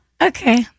Okay